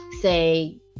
say